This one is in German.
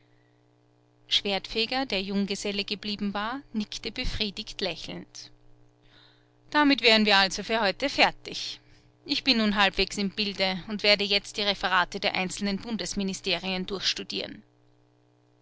schwertfeger der junggeselle geblieben war nickte befriedigt lächelnd damit wären wir also für heute fertig ich bin nun halbwegs im bilde und werde jetzt die referate der einzelnen bundesministerien